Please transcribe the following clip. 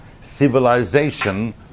Civilization